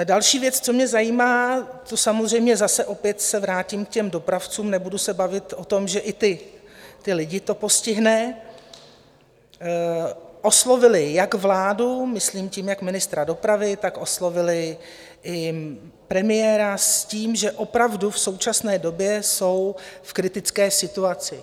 Další věc, co mě zajímá, samozřejmě zase opět se vrátím k těm dopravcům, nebudu se bavit o tom, že i ty lidi to postihne, oslovili jak vládu, myslím tím jak ministra dopravy, tak oslovili i premiéra s tím, že opravdu v současné době jsou v kritické situaci.